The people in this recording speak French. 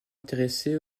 intéressé